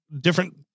different